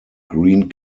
green